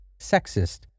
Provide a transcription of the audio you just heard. sexist